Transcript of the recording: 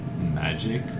magic